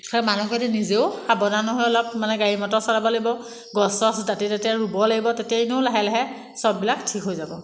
সেই মানুহখিনি নিজেও সাৱধান লৈ অলপ মানে গাড়ী মটৰ চলাব লাগিব গছ চছ দাঁতিয়ে দাঁতিয়ে ৰুব লাগিব তেতিয়া এনেও লাহে লাহে চববিলাক ঠিক হৈ যাব